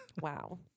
wow